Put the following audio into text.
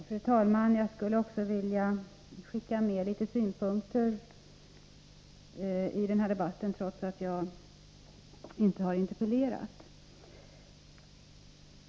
Fru talman! Jag skulle också vilja skicka med några synpunkter i denna debatt, trots att jag inte har interpellerat.